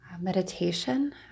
meditation